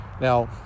Now